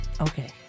Okay